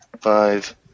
Five